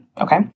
okay